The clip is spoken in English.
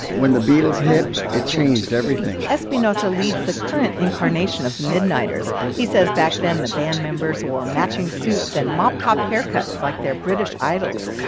when the beatles hit, it changed everything espinoza leads the current incarnation thee midniters. he says, back then, the band members wore matching suits and mop-top haircuts like their british idols.